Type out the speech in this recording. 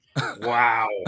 Wow